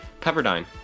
Pepperdine